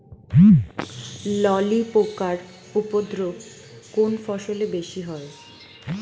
ললি পোকার উপদ্রব কোন ফসলে বেশি হয়?